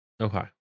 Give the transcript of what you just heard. Okay